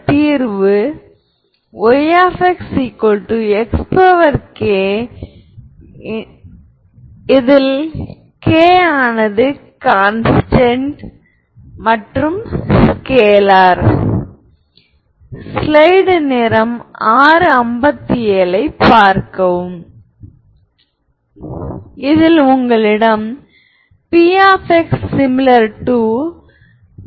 first property ஐ நிரூபிக்க முயற்சிப்போம் அதாவது அனைத்து ஐகென் மதிப்புகளும் உண்மையானவை